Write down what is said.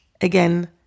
Again